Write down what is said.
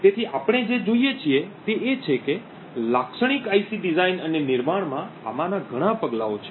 તેથી આપણે જે જોઈએ છીએ તે એ છે કે લાક્ષણિક આઇસી ડિઝાઇન અને નિર્માણમાં આમાંના ઘણા પગલાઓ છે